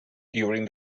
during